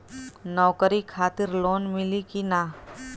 नौकरी खातिर लोन मिली की ना?